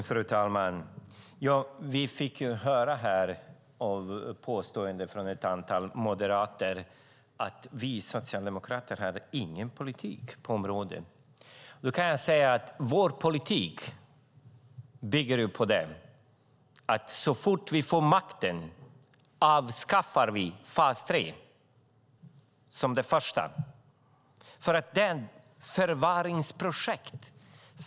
Fru talman! Vi fick höra påståenden från ett antal moderater här om att vi socialdemokrater inte har någon politik på området. Jag kan säga att vår politik bygger på detta: Så fort vi får makten avskaffar vi fas 3 som det första vi gör. Det är ett förvaringsprojekt.